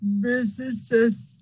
businesses